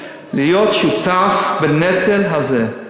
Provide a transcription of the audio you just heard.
להיות שותף בנטל הזה.